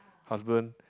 husband